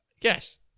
Yes